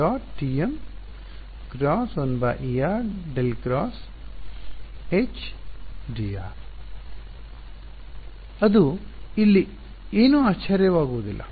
T→ × 1 ∇× H→ dr→ m εr m εr ಅದು ಇಲ್ಲಿ ಏನೂ ಆಶ್ಚರ್ಯವಾಗುವುದಿಲ್ಲ